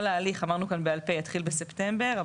כל ההליך יתחיל בספטמבר,